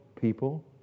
people